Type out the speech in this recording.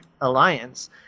alliance